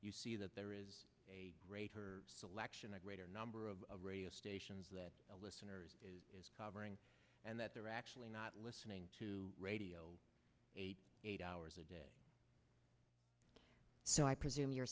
you see that there is a greater selection a greater number of radio stations that the listeners is covering and that they're actually not listening to radio eight hours a day so i presume you're